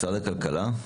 משרד הכלכלה.